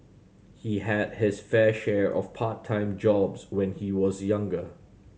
he had his fair share of part time jobs when he was younger